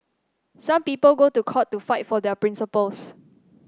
some people go to court to fight for their principles